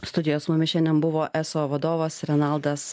studijoj su mumis šiandien buvo eso vadovas renaldas